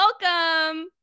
Welcome